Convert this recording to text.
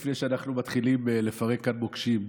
לפני שאנחנו מתחילים לפרק כאן מוקשים,